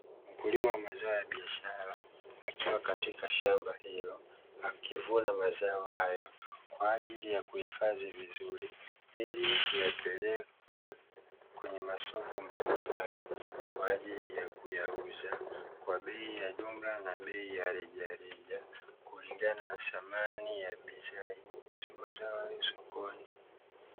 Mkulima wa mazao ya biashara akiwa katika shamba hilo, akivuna mazao hayo kwa ajili ya kuhifadhi vizuri, ili kuyapeleka kwenye masoko mbalimbali kwa ajili ya kuyauza kwa bei ya jumla na bei ya rejareja, kulingana na thamani ya bidhaa ya mazao hayo sokoni.